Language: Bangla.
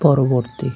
পরবর্তী